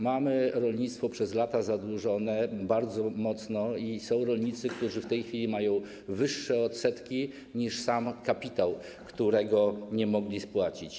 Mamy rolnictwo przez lata zadłużone bardzo mocno i są rolnicy, którzy w tej chwili mają wyższe odsetki niż sam kapitał, którego nie mogli spłacić.